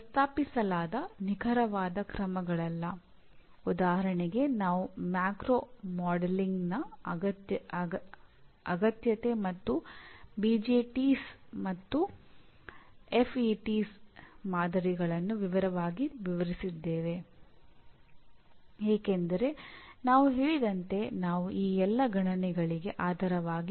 ಕೆಂಪು ಬಣ್ಣದಲ್ಲಿ ಗುರುತಿಸಲಾದವುಗಳು ನಾವು ಮಾತನಾಡುವ ನಾಲ್ಕು ಹಂತದ ಪರಿಣಾಮಗಳಾಗಿವೆ